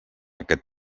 aquest